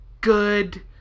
good